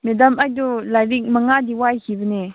madam ꯑꯩꯗꯨ lyric ꯃꯉꯥꯗꯤ ꯋꯥꯏꯈꯤꯕꯅꯦ